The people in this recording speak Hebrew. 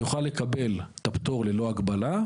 יוכל לקבל את הפטור ללא הגבלה,